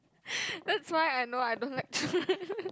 that's why I know I don't like children